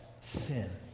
sin